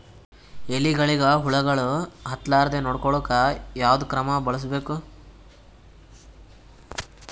ಎಲೆಗಳಿಗ ಹುಳಾಗಳು ಹತಲಾರದೆ ನೊಡಕೊಳುಕ ಯಾವದ ಕ್ರಮ ಬಳಸಬೇಕು?